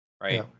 Right